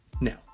Now